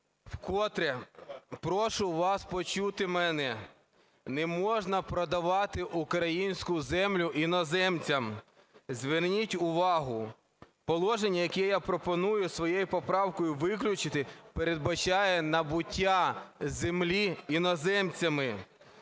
вкотре прошу вас почути мене. Не можна продавати українську землю іноземцям. Зверніть увагу, положення, яке я пропоную своєю поправкою виключити, передбачає набуття землі іноземцями.